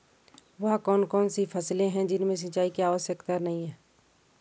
वह कौन कौन सी फसलें हैं जिनमें सिंचाई की आवश्यकता नहीं है?